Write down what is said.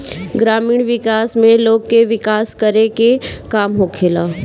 ग्रामीण विकास में लोग के विकास करे के काम होखेला